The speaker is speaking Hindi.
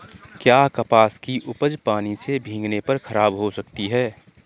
क्या कपास की उपज पानी से भीगने पर खराब हो सकती है?